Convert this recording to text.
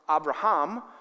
Abraham